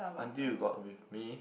until you got with me